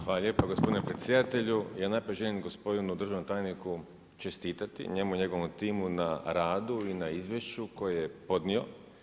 Hvala lijepo gospodin predsjedatelju, i unaprijed želim gospodin državnom tajniku čestitati njemu i njegovom timu na radu i na izvješću kojeg je podnio.